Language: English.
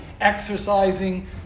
exercising